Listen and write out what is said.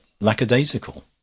lackadaisical